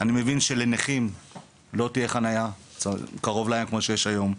אני מבין שלנכים לא תהיה חנייה קרוב לים כמו שיש היום.